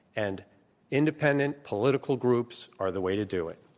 and independent political groups are the way to do it.